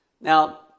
Now